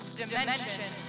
dimension